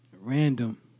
random